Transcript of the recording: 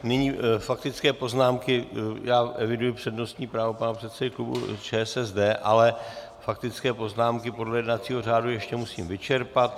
Nyní faktické poznámky já eviduji přednostní právo pana předsedy klubu ČSSD, ale faktické poznámky podle jednacího řádu ještě musím vyčerpat.